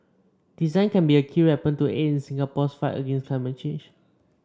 design can be a key weapon to aid in Singapore's fight against climate change